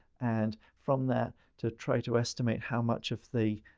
and from that to try to estimate how much of the